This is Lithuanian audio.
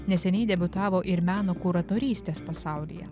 neseniai debiutavo ir meno kuratorystės pasaulyje